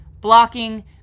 blocking